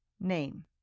Name